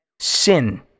Sin